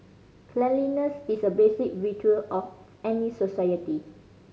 cleanliness is a basic virtue of any society